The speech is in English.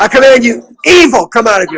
ah command you evil come out of you